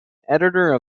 editor